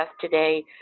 today